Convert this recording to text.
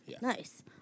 Nice